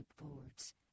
boards